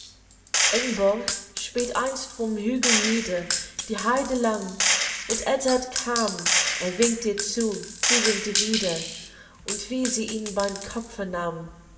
späht einst vom hügel nieder die heide lang und edzard kam er winkt ihr zu sie winkte wieder und wie sie ihn beim kopfe nahm